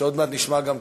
ועוד נשמע גם,